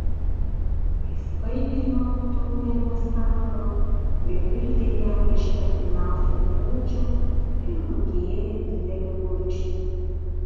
jis paėmė jono taurę nuo stalo pripildė ją iš artimiausio ąsočio ir nugėrė didelį gurkšnį